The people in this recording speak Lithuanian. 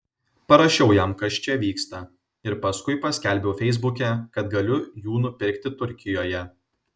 parašiau jam kas čia vyksta ir paskui paskelbiau feisbuke kad galiu jų nupirkti turkijoje